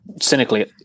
Cynically